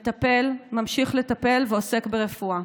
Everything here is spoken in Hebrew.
מטפל, ממשיך לטפל ועוסק ברפואה.